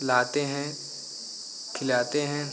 लाते हैं खिलाते हैं